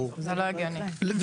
זה לא יקרה.